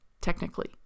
technically